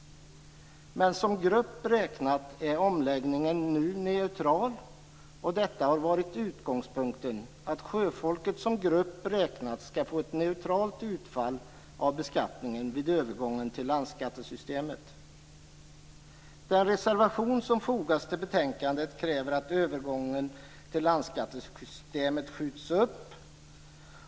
Men för sjöfolket som grupp räknat är omläggningen nu neutral, och utgångspunkten har varit att sjöfolket som grupp räknat skall få ett neutralt utfall av beskattningen vid övergången till landskattesystemet. I den reservation som fogats till betänkandet krävs att övergången till landskattesystemet skjuts upp.